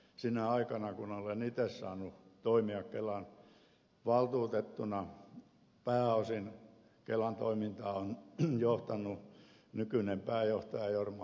sinä aikana kun olen itse saanut toimia kelan valtuutettuna kelan toimintaa on pääosin johtanut nykyinen pääjohtaja jorma huuhtanen